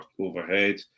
overhead